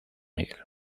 miguel